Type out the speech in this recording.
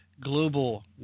global